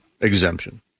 exemption